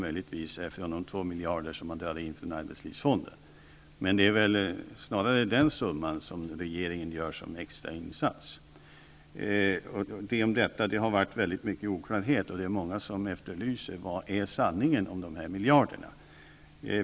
Möjligtvis är det de 2 miljarder man drar in från arbetslivsfonden. Det är snarare den summan som regeringen avsatt till extrainsats. Det om detta. Det har funnits väldigt många oklarheter, och många efterlyser sanningen om dessa miljarder.